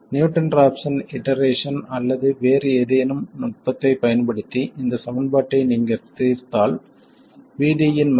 Newton Raphson iteration அல்லது வேறு ஏதேனும் நுட்பத்தைப் பயன்படுத்தி இந்த சமன்பாட்டை நீங்கள் தீர்த்தால் VD இன் மதிப்பு 0